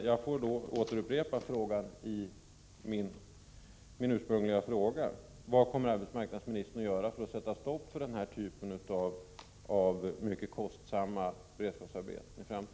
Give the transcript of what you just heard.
Jag får då upprepa min ursprungliga fråga: Vad kommer arbetsmarknadsministern att göra för — Nr 9 att sätta stopp för den här typen av mycket kostsamma beredskapsarbeten i